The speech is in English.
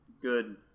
good